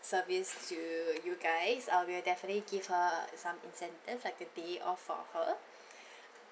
service to you guys uh we'll definitely give her some incentive like a day off her